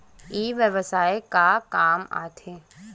ई व्यवसाय का काम आथे?